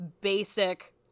basic